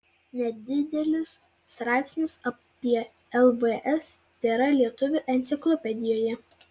nedidelis straipsnis apie lvs tėra lietuvių enciklopedijoje